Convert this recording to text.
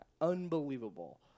Unbelievable